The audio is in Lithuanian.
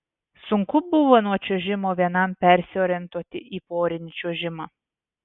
sunku buvo nuo čiuožimo vienam persiorientuoti į porinį čiuožimą